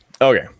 okay